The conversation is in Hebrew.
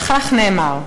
וכך נאמר: